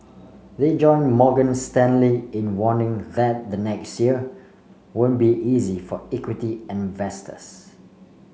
they join Morgan Stanley in warning that the next year won't be easy for equity investors